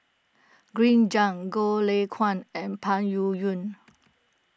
Green Zeng Goh Lay Kuan and Peng Yuyun